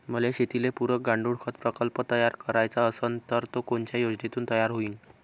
मले शेतीले पुरक गांडूळखत प्रकल्प तयार करायचा असन तर तो कोनच्या योजनेतून तयार होईन?